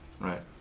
Right